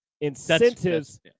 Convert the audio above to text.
incentives